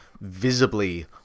visibly